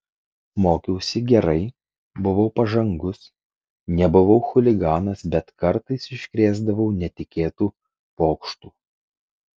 mokiausi gerai buvau pažangus nebuvau chuliganas bet kartais iškrėsdavau netikėtų pokštų